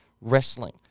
wrestling